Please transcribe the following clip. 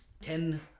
ten